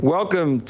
Welcome